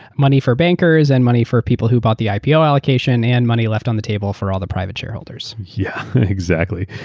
money for bankers, and money for people who bought the ipo allocation, and money left on the table for all the private shareholders. yeah, exactly.